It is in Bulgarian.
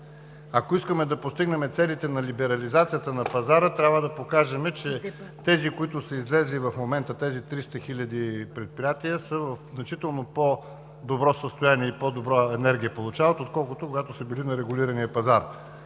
Ако искаме да постигнем целите на либерализацията на пазара, трябва да покажем, че тези, които са излезли в момента, тези 300 хиляди предприятия, са в значително по-добро състояние и получават по-добра енергия, отколкото когато са били на регулирания пазар.